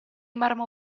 marmo